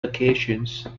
occasions